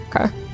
Okay